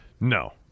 No